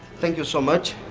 thank you so much.